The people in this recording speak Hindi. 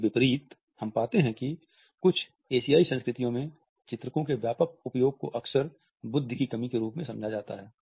इसके विपरीत हम पाते हैं कि कुछ एशियाई संस्कृतियों में चित्रको के व्यापक उपयोग को अक्सर बुद्धि की कमी के रूप में समझा जाता है